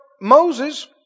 Moses